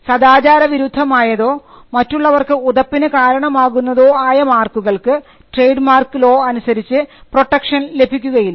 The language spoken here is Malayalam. സദാചാര വിരുദ്ധമായതോ മറ്റുള്ളവർക്ക് ഉതപ്പിന് കാരണമാകുന്നതോ ആയ മാർക്കുകൾക്ക് ട്രേഡ് മാർക്ക് ലോ അനുസരിച്ച് പ്രൊട്ടക്ഷൻ ലഭിക്കുകയില്ല